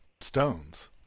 stones